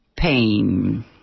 pain